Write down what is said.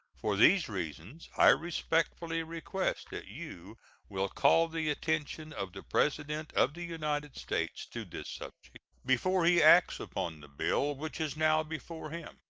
for these reasons i respectfully request that you will call the attention of the president of the united states to this subject before he acts upon the bill which is now before him.